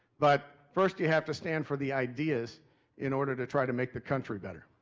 but first you have to stand for the ideas in order to try to make the country better.